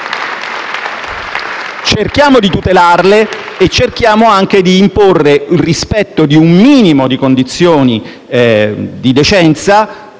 Cerchiamo di tutelarle e cerchiamo anche di imporre il rispetto di un minimo di condizioni di decenza